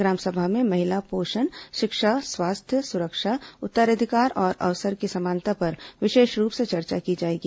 ग्राम सभा में महिला पोषण शिक्षा स्वास्थ्य सुरक्षा उत्तराधिकार और अवसर की समानता पर विशेष रूप से चर्चा की जाएगी